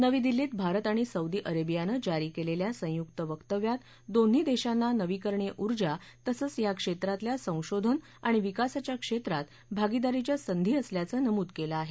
नवी दिल्लीत भारत आणि सौदी अरेबियानं जारी केलेल्या संयुक वक्तव्यात दोन्ही देशांना नवीकरणीय उर्जा तसंच या क्षेत्रातल्या संशोधन आणि विकासाच्या क्षेत्रात भागीदारीच्या संधी असल्याचं नमूद केलं आहे